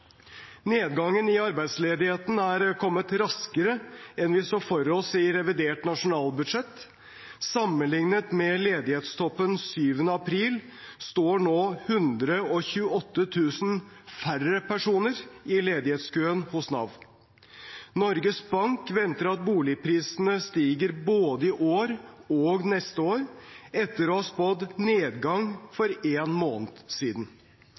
Nedgangen i arbeidsledigheten er kommet raskere enn vi så for oss i revidert nasjonalbudsjett. Sammenlignet med ledighetstoppen 7. april står nå 128 000 færre personer i ledighetskøen hos Nav. Norges Bank venter at boligprisene stiger både i år og neste år, etter å ha spådd nedgang for en måned siden.